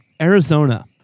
Arizona